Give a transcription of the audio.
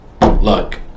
look